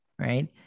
right